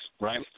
right